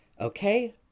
okay